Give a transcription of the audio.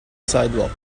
sidewalk